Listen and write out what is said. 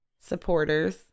supporters